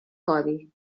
codi